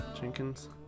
Jenkins